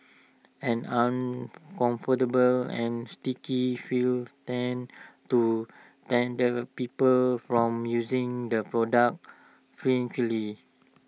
an uncomfortable and sticky feel tends to denter people from using the product frankly